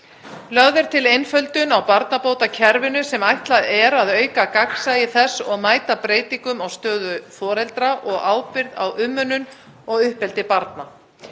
Lögð er til einföldun á barnabótakerfinu sem ætlað er að auka gagnsæi þess og mæta breytingum á stöðu foreldra og ábyrgð á umönnun og uppeldi barna.